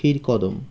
ক্ষীরকদম